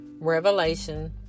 Revelation